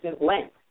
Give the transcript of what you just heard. length